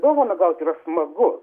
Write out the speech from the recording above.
dovaną gauti yra smagu